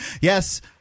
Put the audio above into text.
yes